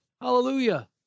Hallelujah